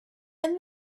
and